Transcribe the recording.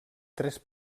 tres